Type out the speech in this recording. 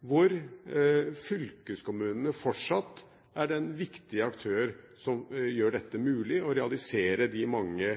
hvor fylkeskommunene fortsatt er den viktige aktør som gjør det mulig å realisere de mange